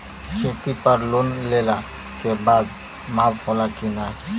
खेती पर लोन लेला के बाद माफ़ होला की ना?